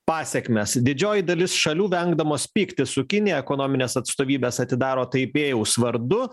pasekmes didžioji dalis šalių vengdamos pyktis su kinija ekonomines atstovybes atidaro taipėjaus vardu